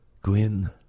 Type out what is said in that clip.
Gwyn